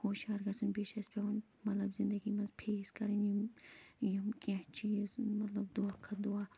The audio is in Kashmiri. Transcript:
ہُشیار گَژھُن بیٚیہِ چھِ اَسہِ پٮ۪وان مطلب زِنٛدگی منٛز فیس کَرٕنۍ یِم یِم کیٚنٛہہ چیٖز مطلب دۄہ کھۅتہٕ دۄہ